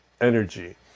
Energy